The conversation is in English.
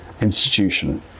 institution